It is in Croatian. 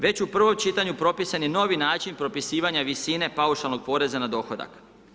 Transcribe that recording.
Već u prvom čitanju propisan je novi način propisivanja visine paušalno poreza na dohodak.